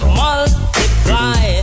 multiply